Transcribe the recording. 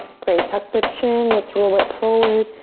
great, tuck the chin. let's roll it forward.